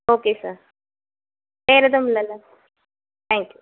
okay sir வேறு எதுவும் இல்லைல்ல தேங்க் யூ